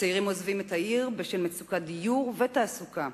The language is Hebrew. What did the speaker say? צעירים עוזבים את העיר בשל מצוקת דיור ותעסוקה.